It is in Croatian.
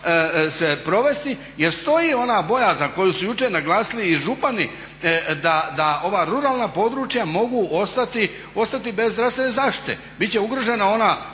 se provesti jer stoji ona bojazan koju su jučer naglasili i župani da ova ruralna područja mogu ostati bez zdravstvene zaštite. Bit će ugrožena ona